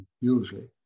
usually